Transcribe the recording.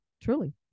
truly